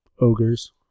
ogres